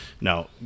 now